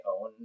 own